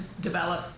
develop